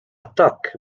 attakk